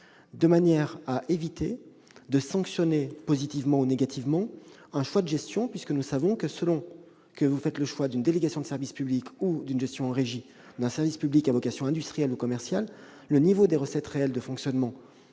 de manière à éviter de sanctionner, positivement ou négativement, un choix de gestion. En effet, selon qu'une collectivité fait le choix d'une délégation de service public ou d'une gestion en régie d'un service public à vocation industrielle ou commerciale, le niveau de ses dépenses ou de ses recettes réelles de fonctionnement